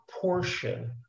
portion